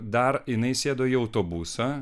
dar jinai sėdo į autobusą